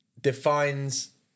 defines